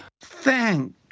Thank